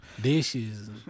dishes